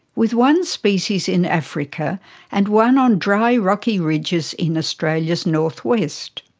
with one species in africa and one on dry rocky ridges in australia's north-west.